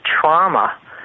trauma